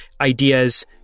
ideas